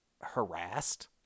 harassed